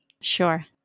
Sure